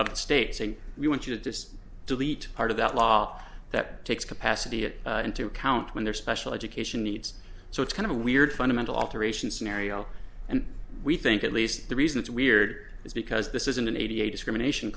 of the state saying we want you to delete part of that law that takes capacity it into account when they're special education needs so it's kind of weird fundamental alteration scenario and we think at least the reason it's weird is because this isn't an eighty eight discrimination